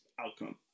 outcome